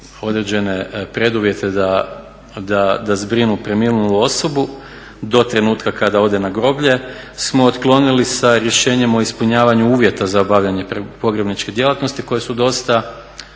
određene preduvjete da zbirnu preminulu osobu do trenutka kada ode na groblje smo otklonili sa rješenjem o ispunjavanju uvjeta za obavljanje pogrebne djelatnosti koje su dosta